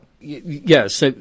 Yes